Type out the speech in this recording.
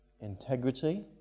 integrity